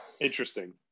Interesting